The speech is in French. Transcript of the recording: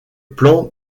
plan